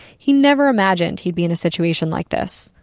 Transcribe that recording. he never imagined he'd be in a situation like this.